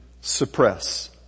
suppress